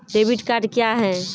Debit card क्या हैं?